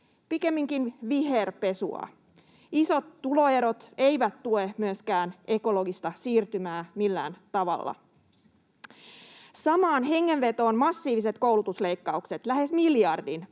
pikemminkin viherpesua. Isot tuloerot eivät tue myöskään ekologista siirtymää millään tavalla. Samaan hengenvetoon massiiviset, lähes miljardin